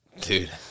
Dude